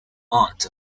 aunt